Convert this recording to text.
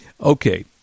Okay